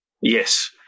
Yes